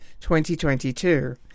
2022